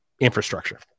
infrastructure